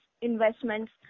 investments